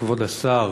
כבוד השר,